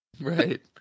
Right